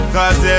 Cause